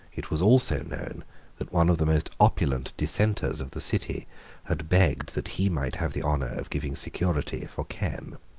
it was also known that one of the most opulent dissenters of the city had begged that he might have the honour of giving security for ken.